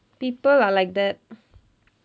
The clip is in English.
people are like that